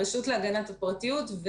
הרשות להגנת הפרטיות,